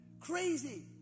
crazy